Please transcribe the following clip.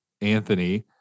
Anthony